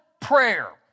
prayer